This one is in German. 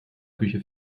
küche